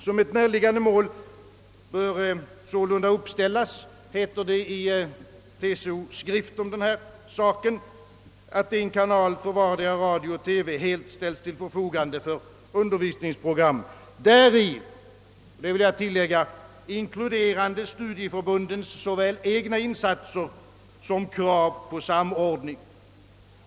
Som ett näraliggande mål bör sålunda uppställas, heter det i TCO:s skrift om denna sak, att en kanal för vardera radio och TV helt ställes till förfogande för undervisningsprogram, däri inkluderande studieförbundens såväl egna insatser som krav på samordning.